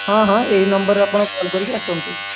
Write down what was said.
ହଁ ହଁ ଏହି ନମ୍ବରରେ ଆପଣ କଲ୍ କରିକି ଆସନ୍ତୁ